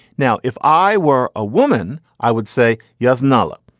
now, if i were a woman, i would say, yes, nahlah.